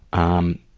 um,